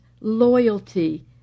loyalty